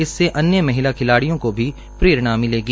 इससे अन्य महिला खिलाडिय़ों को भी प्रेरणा मिलेगी